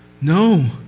no